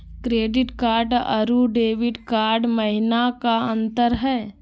Credit card अरू debit card महिना का अंतर हई?